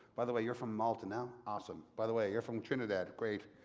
by the way, you're from malta now. awesome. by the way, you're from trinidad. great.